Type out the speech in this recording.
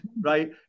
right